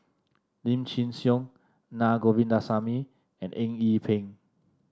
Lim Chin Siong Naa Govindasamy and Eng Yee Peng